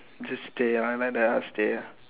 just stay ah like that ah stay ah